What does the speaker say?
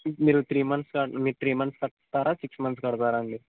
ఇప్పుడు మీరు three months మీరు త్రీ మంత్స్ కడతారా సిక్స్ మంత్స్ కడతారా అండి